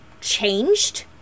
changed